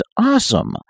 awesome